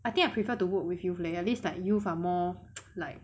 I think I prefer to work with you leh like at least like youth are more like